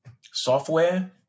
software